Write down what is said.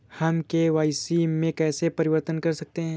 हम के.वाई.सी में कैसे परिवर्तन कर सकते हैं?